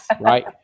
right